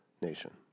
nation